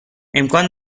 امکان